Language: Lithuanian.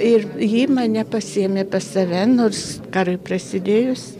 ir ji mane pasiėmė pas save nors karui prasidėjus